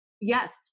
Yes